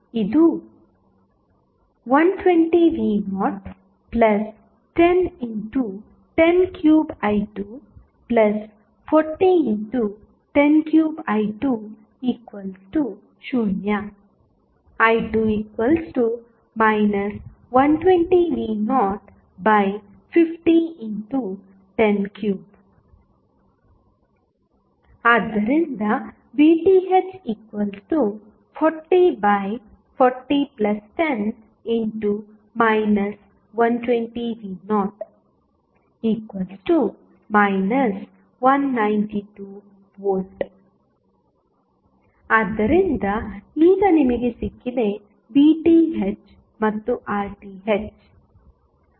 ಇದು 120v010103i240103i20 i2 120v050103 ಆದ್ದರಿಂದ VTh404010 120v0 192V ಆದ್ದರಿಂದ ಈಗ ನಿಮಗೆ ಸಿಕ್ಕಿದೆ VTh ಮತ್ತು RTh